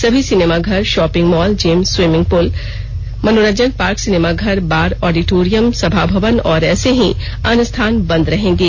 सभी सिनेमाघर shopping mall gym swimming pool मनोरंजन पार्क सिनेमाघर बार ऑडिटोरियम सभा भवन और ऐसे ही अन्य स्थान बंद रहेंगे